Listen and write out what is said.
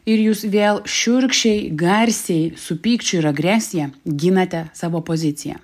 ir jūs vėl šiurkščiai garsiai su pykčiu ir agresija ginate savo poziciją